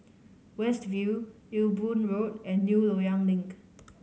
West View Ewe Boon Road and New Loyang Link